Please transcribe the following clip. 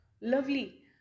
Lovely